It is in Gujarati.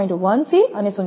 1 C અને 0